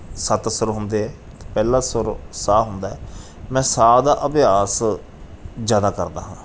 ਸੱਤ ਸੁਰ ਹੁੰਦੇ ਪਹਿਲਾ ਸੁਰ ਸਾਹ ਹੁੰਦਾ ਹੈ ਮੈਂ ਸਾਹ ਦਾ ਅਭਿਆਸ ਜ਼ਿਆਦਾ ਕਰਦਾ ਹਾਂ